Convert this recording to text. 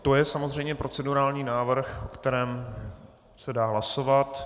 To je samozřejmě procedurální návrh, o kterém se dá hlasovat.